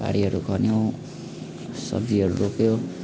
बारीहरू खन्यो सब्जीहरू रोप्यो